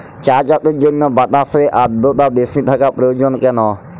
চা চাষের জন্য বাতাসে আর্দ্রতা বেশি থাকা প্রয়োজন কেন?